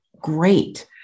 great